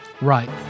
Right